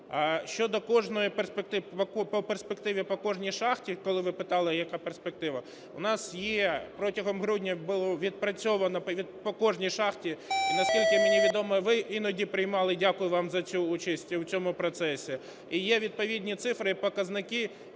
По перспективі по кожній шахті, коли ви питали, яка перспектива. У нас є, протягом грудня було відпрацьовано по кожній шахті. І наскільки мені відомо, ви іноді приймали, дякую вам за цю участь, в цьому процесі. І є відповідні цифри і показники,